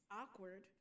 awkward